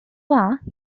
war